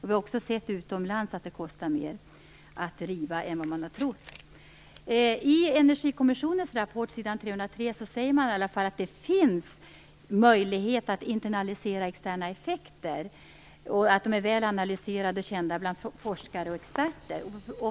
Vi har också sett utomlands att det kostar mer att riva än vad man har trott. I Energikommissionens rapport på s. 303 säger man i varje fall att det finns möjligheter att internalisera externa effekter och att de är väl kända och analyserade av forskare och experter.